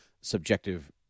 subjective –